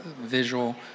visual